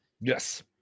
yes